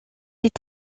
est